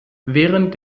während